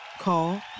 Call